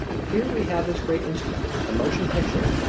here we have this great instrument, the motion picture,